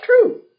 true